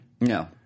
No